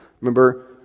Remember